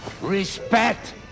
Respect